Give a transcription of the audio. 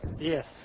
Yes